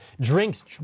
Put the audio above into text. drinks